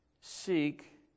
seek